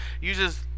Uses